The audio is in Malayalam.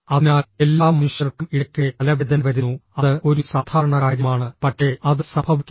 അതിനാൽ എല്ലാ മനുഷ്യർക്കും ഇടയ്ക്കിടെ തലവേദന വരുന്നു അത് ഒരു സാധാരണ കാര്യമാണ് പക്ഷേ അത് സംഭവിക്കുന്നു